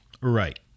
Right